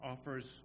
offers